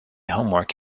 homework